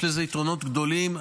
יש לזה יתרונות גדולים.